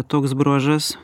toks bruožas